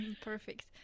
Perfect